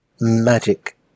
Magic